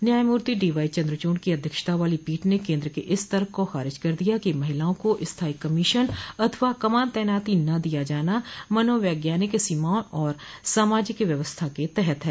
न्यायमूर्ति डीवाईचन्द्र चूड़ की अध्यक्षता वाली पीठ ने केन्द्र के इस तर्क को खारिज कर दिया कि महिलाओं को स्थाई कमीशन अथवा कमान तैनाती न दिया जाना मनोवज्ञानिक सीमाओं और सामाजिक व्यवस्था के तहत है